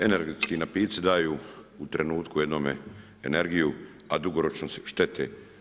Energetski napici daju u trenutku jednome energiju a dugoročno štete.